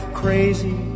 crazy